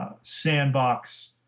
sandbox